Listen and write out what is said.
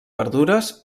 verdures